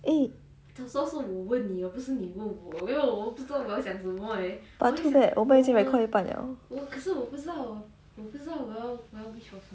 eh but so sad 我们已经 record 一半 liao